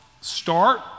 start